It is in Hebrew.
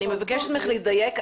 אני מבקשת ממך לדייק.